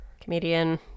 Comedian